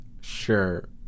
sure